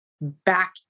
back